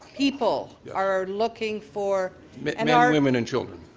people yeah are looking for men, and um women and children.